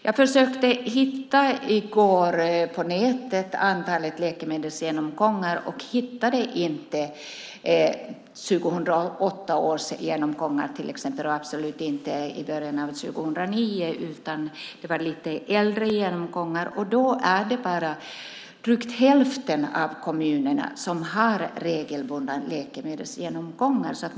Jag försökte i går på nätet hitta uppgifter om antalet läkemedelsgenomgångar och hittade inte uppgifterna för 2008 och absolut inte för början av 2009, utan det var lite äldre genomgångar som redovisades. Det är bara drygt hälften av kommunerna som har regelbundna läkemedelsgenomgångar.